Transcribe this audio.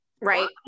Right